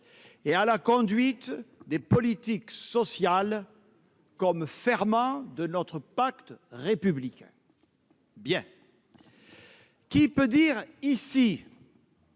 et à la conduite des politiques sociales comme ferment de notre pacte républicain. Toutefois, qui peut dire ici